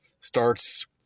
starts